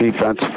defense